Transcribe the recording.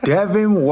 Devin